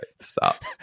Stop